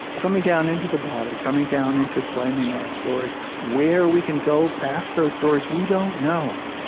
coming down into the body, coming down into claiming our stories where we can go past those stories, we don't know.